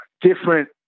different